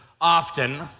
often